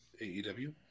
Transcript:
AEW